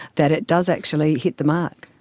that it does actually hit the mark.